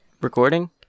recording